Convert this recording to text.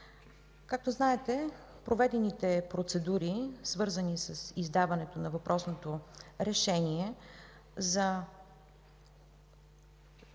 Както знаете, проведените процедури, свързани с издаването на въпросното решение за